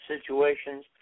situations